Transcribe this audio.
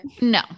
No